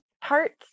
parts